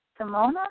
Simona